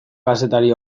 kazetari